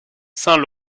saint